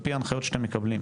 על פי ההנחיות שאתם מקבלים,